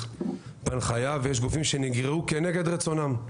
בהנחיה ויש גופים שנגרעו כנגד רצונם,